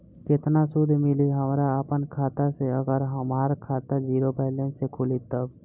केतना सूद मिली हमरा अपना खाता से अगर हमार खाता ज़ीरो बैलेंस से खुली तब?